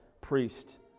priest